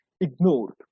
ignored